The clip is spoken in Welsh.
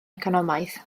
economaidd